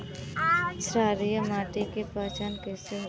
क्षारीय माटी के पहचान कैसे होई?